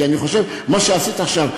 כי אני חושב שמה שעשית עכשיו,